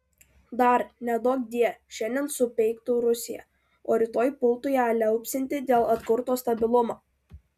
dar neduokdie šiandien supeiktų rusiją o rytoj pultų ją liaupsinti dėl atkurto stabilumo